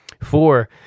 Four